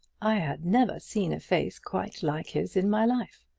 i had never seen a face quite like his in my life.